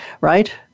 right